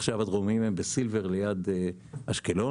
עכשיו הם בסילבר ליד אשקלון.